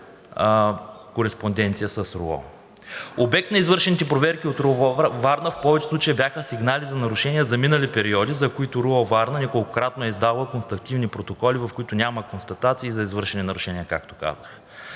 кореспонденция с РУО. Обект на извършените проверки от РУО – Варна, в повечето случаи бяха сигнали за нарушение за минали периоди, за които РУО – Варна, неколкократно е издавала констативни протоколи, в които няма констатации за извършени нарушения, както казах.